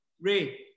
Ray